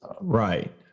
right